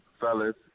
Fellas